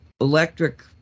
electric